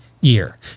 year